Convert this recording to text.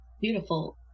beautiful